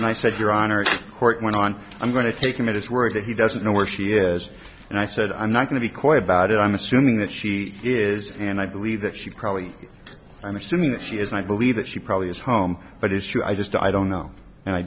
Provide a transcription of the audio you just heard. and i said your honor court went on i'm going to take him at his word that he doesn't know where she is and i said i'm not going to be quiet about it i'm assuming that she is and i believe that she probably i'm assuming that she is and i believe that she probably is home but it's you i just i don't know and i